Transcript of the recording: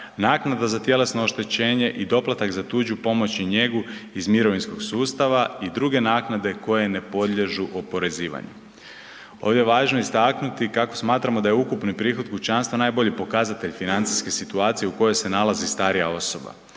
naknada za tjelesno oštećenje i doplatak za tuđu pomoć i njegu iz mirovinskog sustava i druge naknade koje ne podliježu oporezivanju. Ovdje je važno istaknuti kako smatramo da je ukupni prihod kućanstva najbolji pokazatelj financijske situacije u kojoj se nalazi starija osoba.